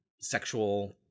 sexual